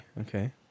Okay